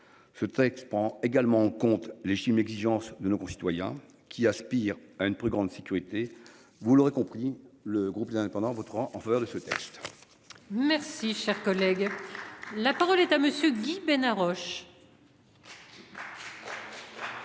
Ce texte prend également en compte légitimes exigences de nos concitoyens qui aspirent à une plus grande sécurité. Vous l'aurez compris, le groupe les indépendants voteront en faveur de ce texte. Merci, cher collègue, la parole est à monsieur Guy Bénard